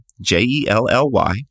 J-E-L-L-Y